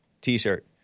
T-shirt